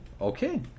Okay